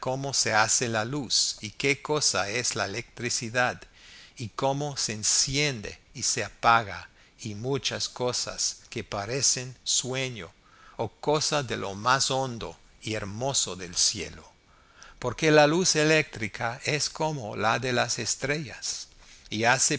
cómo se hace la luz y qué cosa es la electricidad y cómo se enciende y se apaga y muchas cosas que parecen sueño o cosa de lo más hondo y hermoso del cielo porque la luz eléctrica es como la de las estrellas y hace